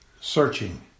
searching